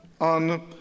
on